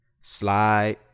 Slide